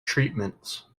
treatments